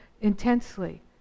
intensely